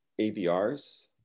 AVRs